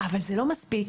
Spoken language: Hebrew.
אבל זה לא מספיק.